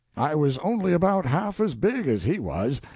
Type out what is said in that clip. i was only about half as big as he was,